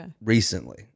recently